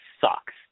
sucks